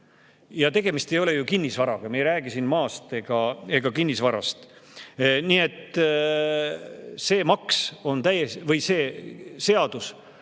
Tegemist ei ole ju kinnisvaraga, me ei räägi siin maast ega kinnisvarast. Nii et see seadus on täiesti ebakvaliteetne seadus,